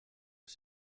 has